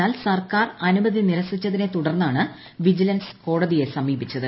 എന്നാൽ സർക്കാർ അനുമതി നിരസിച്ചതിനെതുടർന്നാണ് വിജിലൻസ് കോടതിയെ സമീപിച്ചത്